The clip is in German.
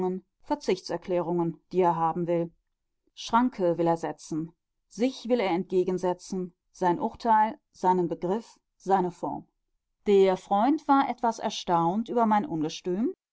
verzichtserklärungen die er haben will schranke will er setzen sich will er entgegensetzen sein urteil seinen begriff seine form der freund war etwas erstaunt über mein ungestüm